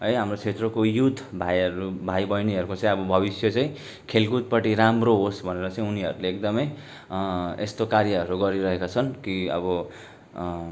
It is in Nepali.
है हाम्रो क्षेत्रको युथ भाइहरू भाइ बहिनीहरूको चाहिँ अब भविष्य चाहिँ खेलकुदपट्टि राम्रो होस् भनेर चाहिँ उनीहरूले एकदमै यस्तो कार्यहरू गरिरहेका छन् कि अब